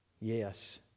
Yes